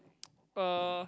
uh